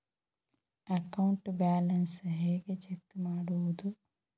Account balance ಹೇಗೆ check ಮಾಡುವುದು?